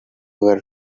were